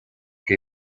que